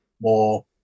more